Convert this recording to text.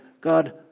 God